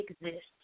exist